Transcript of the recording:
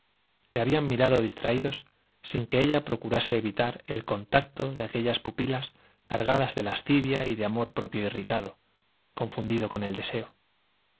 le habían mirado distraídos sin que ella procurase evitar el contacto de aquellas pupilas cargadas de lascivia y de amor propio irritado confundido con el deseo